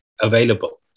available